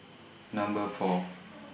Number four